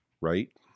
right